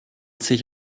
sich